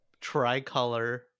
tricolor